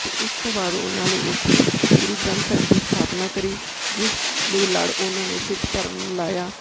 ਅਤੇ ਉਸ ਤੋਂ ਬਾਅਦ ਉਹਨਾਂ ਨੇ ਉੱਥੇ ਗੁਰੂ ਗ੍ਰੰਥ ਸਾਹਿਬ ਦੀ ਸਥਾਪਨਾ ਕਰੀ ਜਿਸ ਦੇ ਲੜ ਉਹਨਾਂ ਨੇ ਸਿੱਖ ਧਰਮ ਨੂੰ ਲਾਇਆ